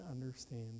understand